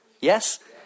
Yes